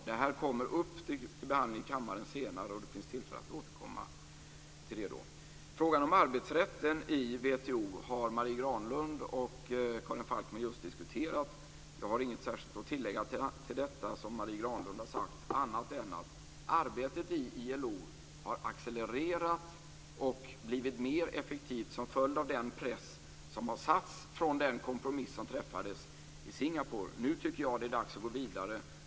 Frågan kommer upp till behandling i kammaren senare, då det finns tillfälle att återkomma till den. Frågan om arbetsrätten i WTO har Marie Granlund och Karin Falkmer just diskuterat. Jag har inget särskilt att tillägga till det som Marie Granlund har sagt annat än att arbetet i ILO har accelererat och blivit mer effektivt som följd av den press som har satts vid den kompromiss som träffades i Singapore. Nu tycker jag att det är dags att gå vidare.